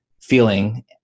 feeling